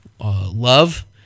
Love